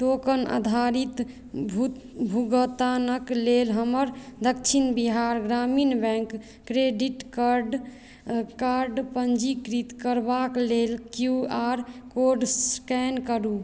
token आधारित भुगतानक लेल हमर Dakshin Bihar Gramin bank credit card पंजीकृत करबाक लेल क्यू आर कोड स्कैन करु